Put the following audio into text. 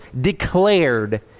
declared